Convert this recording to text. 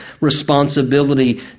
responsibility